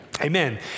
amen